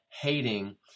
hating